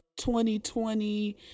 2020